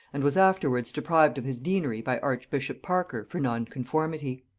and was afterwards deprived of his deanery by archbishop parker for nonconformity.